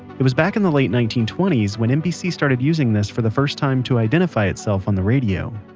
it was back in the late nineteen twenty s when nbc started using this for the first time to identify itself on the radio